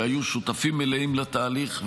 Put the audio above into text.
שהיו שותפים מלאים לתהליך,